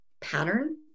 pattern